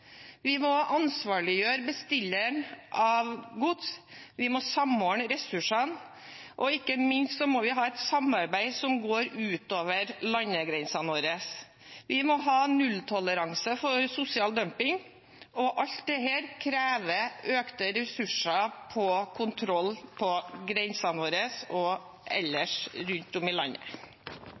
Vi må ansvarliggjøre bestilleren av gods, vi må samordne ressursene, og ikke minst må vi ha et samarbeid som går utover landegrensene våre. Vi må ha nulltoleranse for sosial dumping. Alt dette krever økte ressurser til kontroll på grensene våre og ellers rundt om i landet.